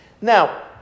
Now